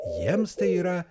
jiems tai yra